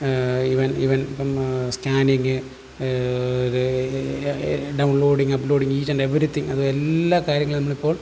even even ഇപ്പം scanning ഇത് downloading uploading each and everything അതും എല്ലാ കാര്യങ്ങളും നമ്മളിപ്പോൾ